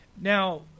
now